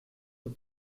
zur